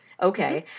okay